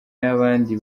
y’abandi